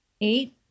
Eight